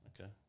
Okay